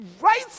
Right